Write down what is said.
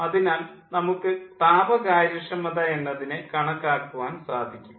അതിനാൽ നമുക്ക് താപകാര്യക്ഷമത എന്നതിനെ കണക്കാക്കുവാൻ സാധിക്കും